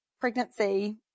pregnancy